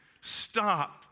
Stop